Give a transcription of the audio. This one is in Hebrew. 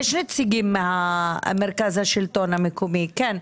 יש נציגים ממרכז השלטון המקומי, כן?